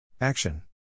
Action